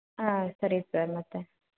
ಹಾಂ ಸರಿ ಸರ್ ಮತ್ತೆ